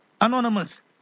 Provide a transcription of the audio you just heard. Anonymous